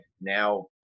Now